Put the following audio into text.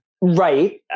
Right